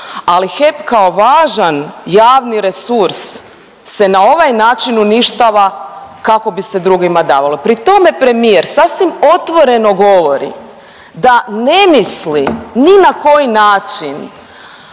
Ali HEP kao važan javni resurs se na ovaj način uništava kako bi se drugima davalo. Pri tome premijer sasvim otvoreno govori da ne misli ni na koji način